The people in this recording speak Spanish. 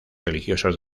religiosos